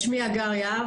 שמי הגר יהב,